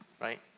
Right